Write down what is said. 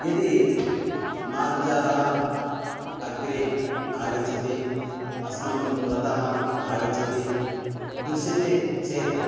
यदि मार्जालः अग्रे आगच्छति अस्माकं पुरतः आगच्छति दृश्यते चेत्